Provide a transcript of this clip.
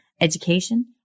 education